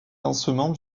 lancement